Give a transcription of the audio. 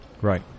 Right